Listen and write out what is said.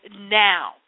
now